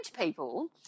people